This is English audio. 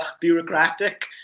bureaucratic